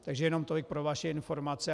Takže jenom tolik pro vaši informaci.